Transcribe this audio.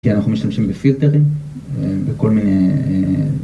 כי אנחנו משתמשים בפילטרים, בכל מיני...